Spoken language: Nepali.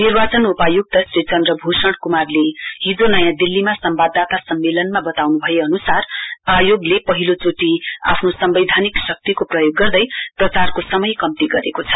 निर्वाचन उपायुक्त श्री चन्द्रभूषण कुमारले हिजो नयाँ दिल्लीमा सम्वाददाता सम्मेलनमा बताउनु भए अनुसार आयोगले पहिलो चोटि आफ्नो सम्वैधानिक शक्तिको प्रयोग गर्दै प्रचारको समय कम्ती गरेको छ